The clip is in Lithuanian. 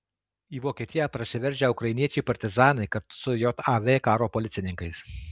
į vokietiją prasiveržę ukrainiečiai partizanai kartu su jav karo policininkais